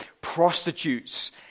prostitutes